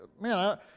man